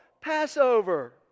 Passover